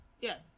yes